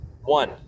One